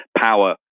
power